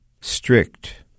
Strict